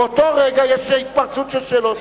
באותו רגע יש התפרצות של שאלות.